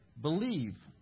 believe